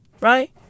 Right